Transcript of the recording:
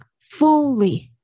fully